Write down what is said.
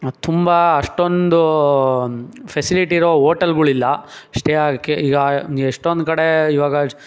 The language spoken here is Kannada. ತುಂಬ ಅಷ್ಟೊಂದು ಫೆಸಿಲಿಟಿ ಇರೋ ಹೋಟೆಲ್ಗುಳಿಲ್ಲ ಸ್ಟೇ ಆಗಕ್ಕೆ ಈಗ ಎಷ್ಟೊಂದು ಕಡೆ ಇವಾಗ